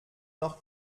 noch